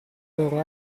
loro